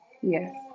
yes